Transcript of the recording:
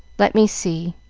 let me see.